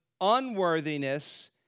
unworthiness